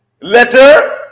letter